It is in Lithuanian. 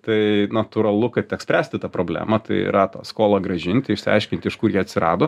tai natūralu kad teks spręsti tą problemą tai yra tą skolą grąžinti išsiaiškinti iš kur ji atsirado